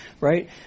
right